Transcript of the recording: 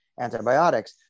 antibiotics